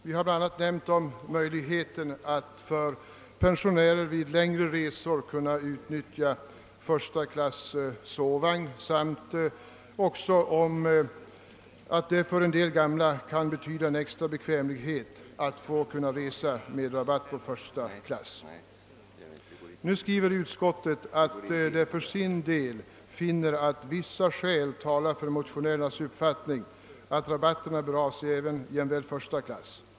Vi har bl.a. nämnt att pensionärer därigenom vid längre resor skulle kunna utnyttja första klass sovvagn och att det för en del gamla kan betyda en extra bekvämlighet att få resa i första klass. Utskottet skriver att det för sin del finner »vissa skäl tala för motionärernas uppfattning att rabatteringen bör avse jämväl första klass.